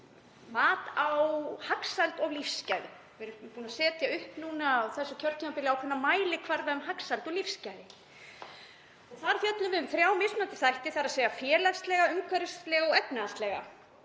mat á hagsæld og lífsgæðum. Við erum búin að setja upp núna á þessu kjörtímabili ákveðna mælikvarða um hagsæld og lífsgæði. Þar fjöllum við um þrjá mismunandi þætti; þ.e. félagslega, umhverfislega og efnahagslega.